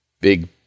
big